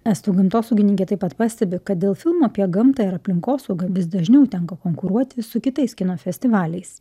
estų gamtosaugininkė taip pat pastebi kad dėl filmų apie gamtą ir aplinkosaugą vis dažniau tenka konkuruoti su kitais kino festivaliais